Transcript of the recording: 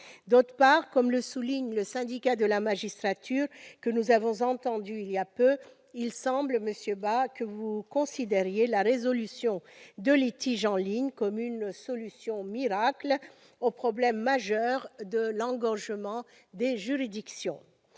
ailleurs, comme le souligne le Syndicat de la magistrature, dont nous avons entendu les représentants il y a peu, il semble, monsieur Bas, que vous considériez la résolution de litiges en ligne comme une solution miracle au problème majeur de l'engorgement des juridictions.